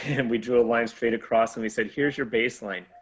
and we drew a line straight across. and they said here's your baseline.